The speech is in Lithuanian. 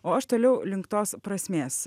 o aš toliau link tos prasmės